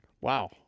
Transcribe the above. Wow